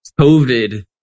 COVID